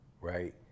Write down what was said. right